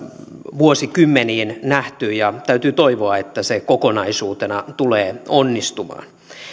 vuosikymmeniin nähty täytyy toivoa että se kokonaisuutena tulee onnistumaan